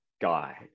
guy